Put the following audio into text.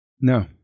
No